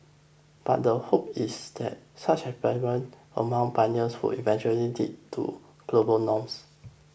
but the hope is that such among pioneers would eventually lead to global norms